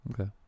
Okay